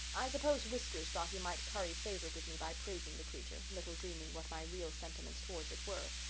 i suppose whiskers thought he might curry favour with me by praising the creature, little dreaming what my real sentiments towards it were,